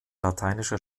lateinischer